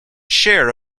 share